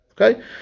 Okay